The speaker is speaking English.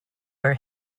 her